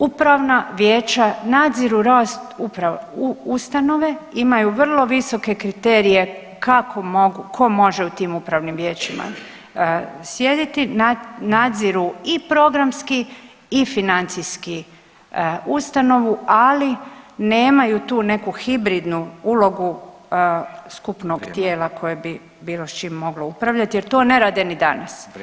Upravna vijeća nadziru rast uprave, ustanove, imaju vrlo visoke kriterije kako mogu, tko može u tim upravnim vijećima sjediti, nadziru i programski i financijski ustanovu, ali nemaju tu neku hibridnu ulogu skupno tijela koje [[Upadica: Vrijeme.]] bi bilo s čim moglo upravljati jer to ne rade ni danas.